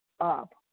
up